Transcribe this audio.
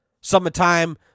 Summertime